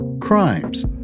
crimes